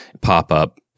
pop-up